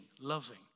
loving